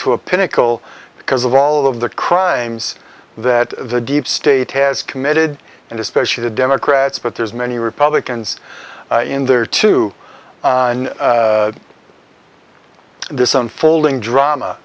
to a pinnacle because of all of the crimes that the deep state has committed and especially the democrats but there's many republicans in there to this unfolding drama